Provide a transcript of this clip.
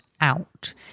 out